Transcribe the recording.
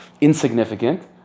insignificant